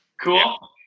Cool